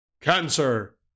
cancer